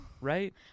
right